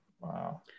Wow